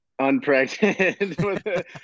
Unpregnant